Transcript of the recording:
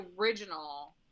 original